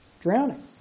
drowning